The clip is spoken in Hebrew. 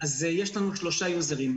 אז יש לנו שלושה יוזרים.